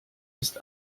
ist